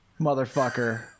Motherfucker